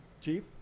Chief